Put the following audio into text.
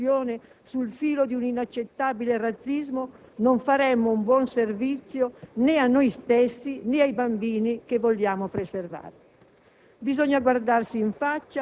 Se scadessimo in questa discussione sul filo di un inaccettabile razzismo, non faremmo un buono servizio né a noi stessi, né ai bambini che vogliamo preservare.